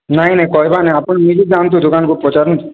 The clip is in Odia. ନାଇଁ ନାଇଁ କମିବାର ନାଇଁ ଆପଣ ନିଜେ ଯା'ନ୍ତୁ ଦୋକାନକୁ ପଚାରନ୍ତୁ